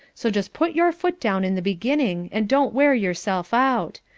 so just put your foot down in the beginning, and don't wear yourself out.